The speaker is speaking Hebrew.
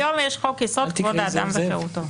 היום יש חוק יסוד: כבוד האדם וחרותו.